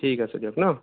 ঠিক আছে দিয়ক ন